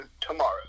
tomorrow